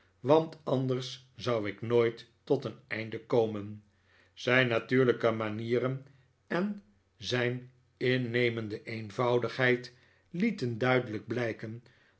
want anders zou ik nooit tot een einde komen zijn natuurlijke manieren en zijn innemende eenvoudigheid lieten duidelijk blijken